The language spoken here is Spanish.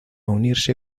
unirse